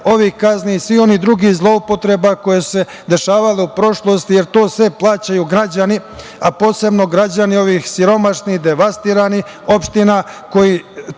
ovih kazni i svih onih drugih zloupotreba koje su se dešavale u prošlosti, jer to sve plaćaju građani, a posebno građani ovih siromašnih, devastiranih opština koji